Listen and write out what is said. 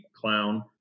clown